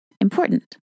important